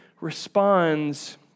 responds